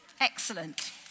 Excellent